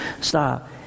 Stop